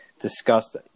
discussed